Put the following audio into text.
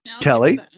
Kelly